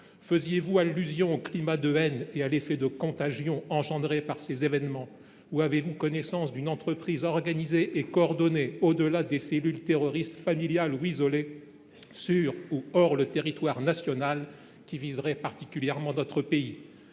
Faisiez vous allusion au climat de haine et à l’effet de contagion suscités par ces événements ou avez vous connaissance d’une entreprise organisée et coordonnée, au delà des cellules terroristes familiales ou isolées, sur le territoire national ou en dehors de celui ci, qui viserait particulièrement notre pays ?